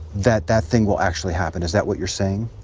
that that thing will actually happen. is that what you're saying?